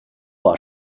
war